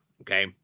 Okay